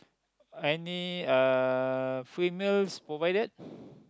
any uh free meals provided